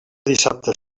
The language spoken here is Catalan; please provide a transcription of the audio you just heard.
dissabte